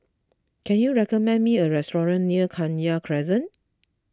can you recommend me a restaurant near Kenya Crescent